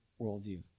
worldview